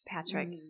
Patrick